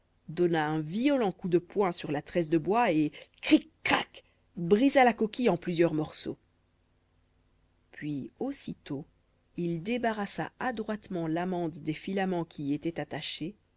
donna un violent coup de poing sur la tresse de bois et cric crac brisa la coquille en plusieurs morceaux puis aussitôt il débarrassa adroitement l'amande des filaments qui y étaient attachés